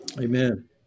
Amen